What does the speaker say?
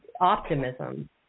optimism